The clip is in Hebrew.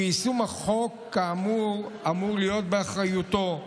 שיישום החוק, כאמור, אמור להיות באחריותו,